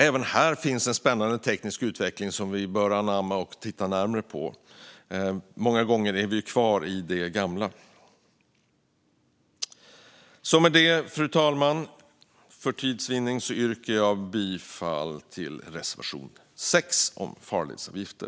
Även här finns en spännande teknisk utveckling som vi bör titta närmare på och anamma. Många gånger lever vi ju kvar i det gamla. Fru talman! För tids vinnande yrkar jag bifall till reservation 6 om farledsavgifter.